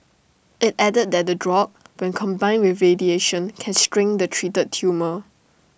IT added that the drug when combined with radiation can shrink the treated tumour